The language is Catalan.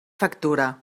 factura